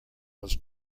was